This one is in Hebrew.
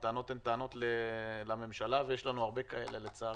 הטענות הן טענות לממשלה, ויש לנו הרבה כאלה לצערי.